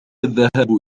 الذهاب